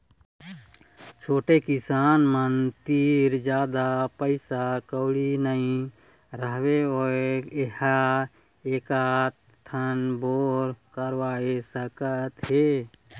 छोटे किसान मन तीर जादा पइसा कउड़ी नइ रहय वो ह एकात ठन बोर करवा सकत हे